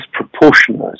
disproportionate